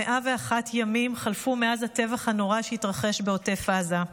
101 ימים חלפו מאז הטבח הנורא שהתרחש בעוטף עזה,